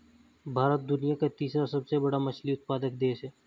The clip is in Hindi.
भारत दुनिया का तीसरा सबसे बड़ा मछली उत्पादक देश है